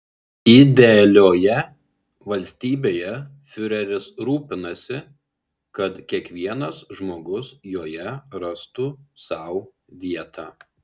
idealioje valstybėje fiureris rūpinasi kad kiekvienas žmogus joje rastų sau vietą